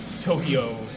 Tokyo